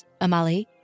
Amali